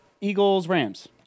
Eagles-Rams